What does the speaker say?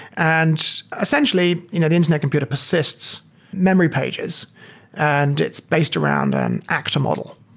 and essentially, you know the internet computer persists memory pages and it's based around an actor model.